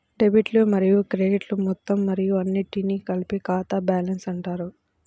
డెబిట్లు మరియు క్రెడిట్లు మొత్తం మరియు అన్నింటినీ కలిపి ఖాతా బ్యాలెన్స్ అంటారు